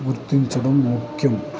గుర్తించడం ముఖ్యం